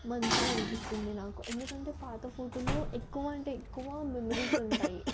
మంచిగా అనిపిస్తుంది నాకు ఎందుకంటే పాత ఫోటోలు ఎక్కువ అంటే ఎక్కువ మెమోరీస్ ఉంటాయి